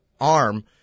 arm